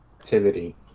activity